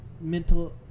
mental